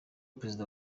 perezida